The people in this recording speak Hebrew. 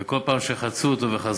וכל פעם שחצו אותו וחזרו,